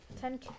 Ten